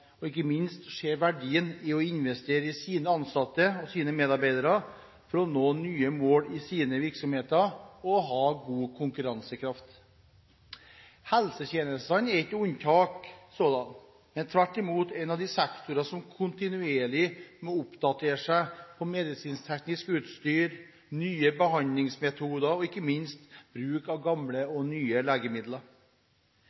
og ikke minst ser verdien i å investere i sine ansatte og sine medarbeidere for å nå nye mål i sine virksomheter og ha god konkurransekraft. Helsetjenestene er ikke noe unntak, men tvert imot en av de sektorene som kontinuerlig må oppdatere seg på medisinsk utstyr, nye behandlingsmetoder og ikke minst bruk av gamle